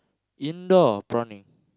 indoor prawning